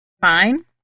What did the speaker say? fine